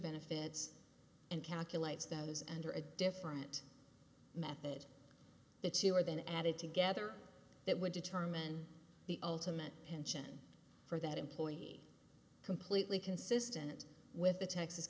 benefits and calculates those and or a different method the two are then added together that would determine the ultimate pension for that employee completely consistent with the t